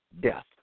death